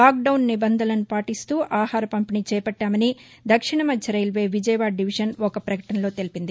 lock down నిబంధనలను పాటిస్తూ ఆహార పంపిణీ చేపట్లామని దక్షిణ మధ్య రైల్వే విజయవాడ డివిజన్ ఒక పకటనలో తెలిపింది